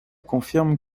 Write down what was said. confirment